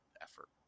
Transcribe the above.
effort